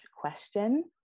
question